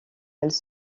elles